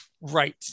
Right